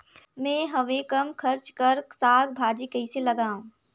मैं हवे कम खर्च कर साग भाजी कइसे लगाव?